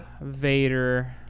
Vader